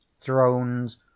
Thrones